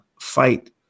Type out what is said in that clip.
fight